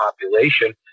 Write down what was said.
population